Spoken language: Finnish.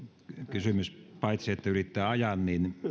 kysymys paitsi ylittää ajan